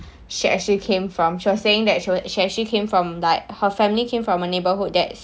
she actually came from she was saying that she actually came from like her family came from a neighbourhood that's